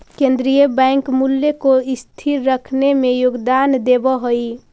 केन्द्रीय बैंक मूल्य को स्थिर रखने में योगदान देवअ हई